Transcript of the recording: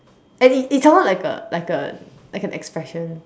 and it it came out like a like a like an expression